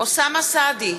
אוסאמה סעדי,